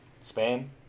Spain